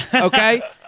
okay